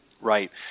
Right